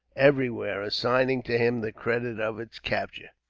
everywhere, assigning to him the credit of its capture.